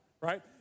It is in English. right